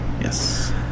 Yes